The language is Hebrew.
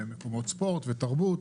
במקומות ספורט ותרבות.